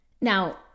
Now